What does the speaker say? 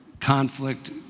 conflict